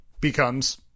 becomes